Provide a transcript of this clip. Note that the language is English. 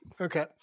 Okay